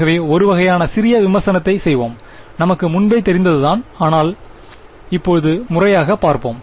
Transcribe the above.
ஆகவே ஒரு வகையான சிறிய விமர்சனத்தை செய்வோம் நமக்கு முன்பே தெரிந்ததுதான் அனால் இப்போது முறையாக பாப்போம்